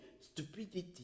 stupidity